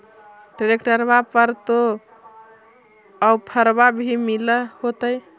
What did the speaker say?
ट्रैक्टरबा पर तो ओफ्फरबा भी मिल होतै?